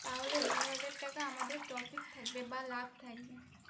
তাহলে দু হাজার টাকা আমাদের প্রফিট থাকবে বা লাভ থাকবে